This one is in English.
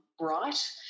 right